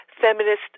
feminist